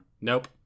Nope